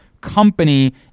company